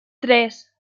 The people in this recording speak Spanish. tres